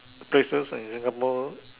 places in Singapore